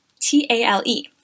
T-A-L-E